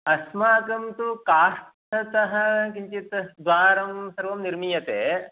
अस्माकं तु काष्ठतः किञ्चित् द्वारं सर्वं निर्मीयते